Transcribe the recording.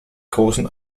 großen